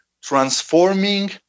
transforming